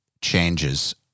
changes